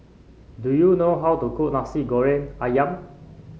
do you know how to cook Nasi Goreng ayam